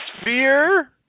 sphere